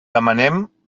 demanem